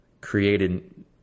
created